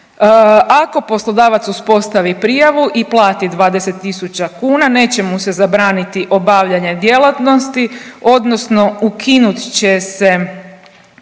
Ako poslodavac uspostavi prijavu i plati 20.000 kuna neće mu se zabraniti obavljanje djelatnosti odnosno ukinut će se